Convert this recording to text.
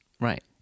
Right